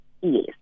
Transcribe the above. Yes